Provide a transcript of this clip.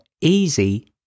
easy